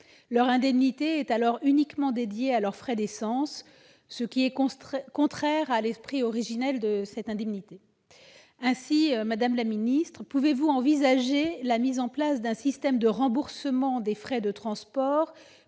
Leur indemnité est alors uniquement dédiée à leurs frais d'essence, ce qui est contraire à son esprit originel. Ainsi, madame la ministre, pouvez-vous envisager la mise en place d'un système de remboursement des frais de transport